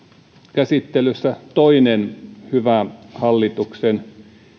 käsittelyssä toinen hyvä hallituksen